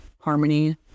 harmony